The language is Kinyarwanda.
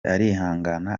arihangana